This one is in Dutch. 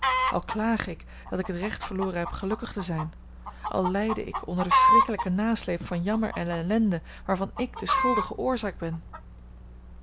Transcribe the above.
al klage ik dat ik het recht verloren heb gelukkig te zijn al lijde ik onder den schrikkelijken nasleep van jammer en ellende waarvan ik de schuldige oorzaak ben